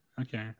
Okay